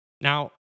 Now